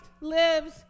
lives